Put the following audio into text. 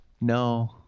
No